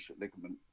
ligament